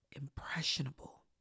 impressionable